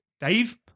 Dave